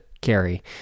carry